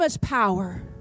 power